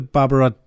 Barbara